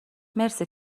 مرسی